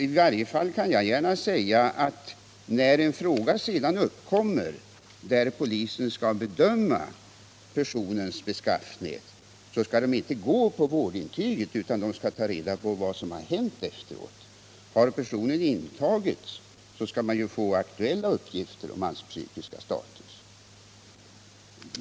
I varje fall skall polisen när en fråga sedan uppkommer, där man har att bedöma personens beskaffenhet, inte lita till vårdintyget utan ta reda på vad som har hänt efteråt. Har personen intagits, skall man hämta in aktuella uppgifter om hans psykiska status.